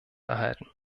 erhalten